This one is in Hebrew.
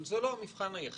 אבל זה לא המבחן היחיד.